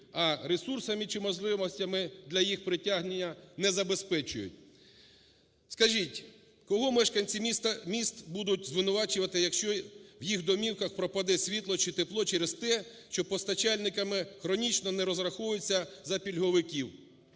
а ресурсами чи можливостями для їх притягнення не забезпечують. Скажіть, кого мешканці міст будуть звинувачувати, якщо в їх домівках пропаде світло чи тепло через те, що з постачальниками хронічно не розраховуються за пільговиків?